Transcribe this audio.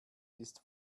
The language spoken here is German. ist